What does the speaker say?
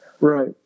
Right